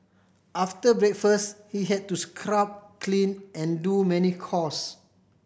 after breakfast he had to scrub clean and do many chores